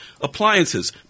appliances